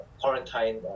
quarantine